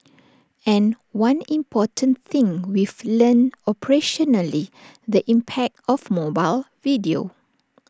and one important thing we've learnt operationally the impact of mobile video